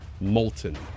Molten